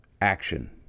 action